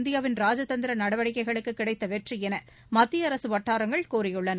இந்தியாவின் ராஜ தந்திர நடவடிக்கைகளுக்கு கிடைத்த வெற்றி என மத்திய அரசு வட்டாரங்கள் கூறியுள்ளன